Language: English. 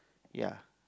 ya